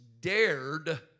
dared